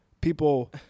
people